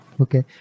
Okay